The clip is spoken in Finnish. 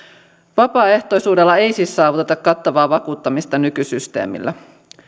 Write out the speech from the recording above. vapaaehtoisuudella ei siis saavuteta kattavaa vakuuttamista nykysysteemillä